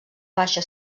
baixa